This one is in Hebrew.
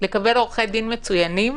לקבל עורכי דין מצוינים